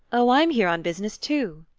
oh, i'm here on business too,